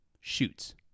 shoots